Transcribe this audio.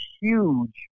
huge